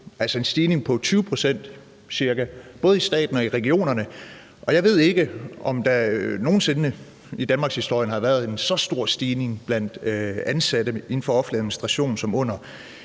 altså en stigning på ca. 20 pct., både i staten og i regionerne, og jeg ved ikke, om der nogen sinde i danmarkshistorien har været en så stor stigning blandt ansatte inden for offentlig administration som under